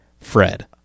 Fred